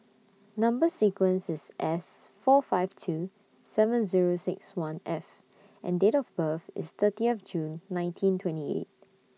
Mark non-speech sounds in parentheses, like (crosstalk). Number sequence IS S four five two seven Zero six one F and Date of birth IS thirtieth June nineteen twenty eight (noise)